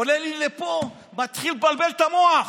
עולה לי לפה, מתחיל לבלבל את המוח.